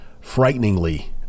frighteningly